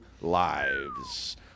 lives